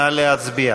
נא להצביע.